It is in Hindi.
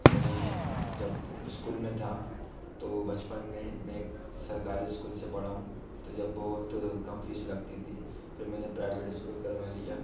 मैं जब उस्कूल में था तो बचपन में मैं सरकारी इस्कूल से पढ़ा हूँ तो जब बहुत कम फ़ीस लगती थी फ़िर मैंने प्राइवेट इस्कूल करवा लिया